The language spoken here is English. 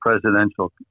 presidential